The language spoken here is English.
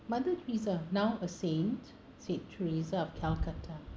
mother teresa now a saint saint teresa of calcutta